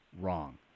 wrong